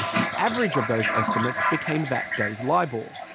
the average of those estimates became that day's libor.